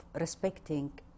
respecting